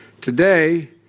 Today